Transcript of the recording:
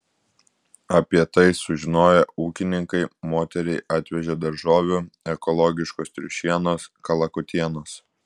apie tai sužinoję ūkininkai moteriai atvežė daržovių ekologiškos triušienos kalakutienos